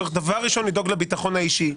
דבר ראשון צריך לדאוג לביטחון האישי.